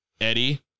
Eddie